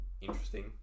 interesting